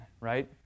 right